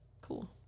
Cool